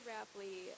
Rapley